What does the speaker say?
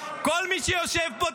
כל מי שיושב פה,